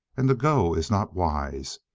and to go is not wise.